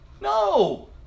No